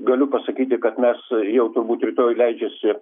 galiu pasakyti kad mes jau turbūt rytoj leidžiasi